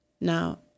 Now